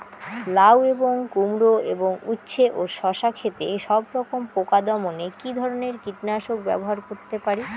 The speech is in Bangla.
লাউ এবং কুমড়ো এবং উচ্ছে ও শসা ক্ষেতে সবরকম পোকা দমনে কী ধরনের কীটনাশক ব্যবহার করতে পারি?